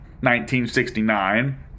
1969